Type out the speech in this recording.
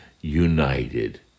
united